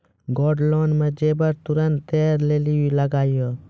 Gold loan मे जेबर तुरंत दै लेली लागेया?